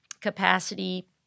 capacity